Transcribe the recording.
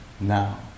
now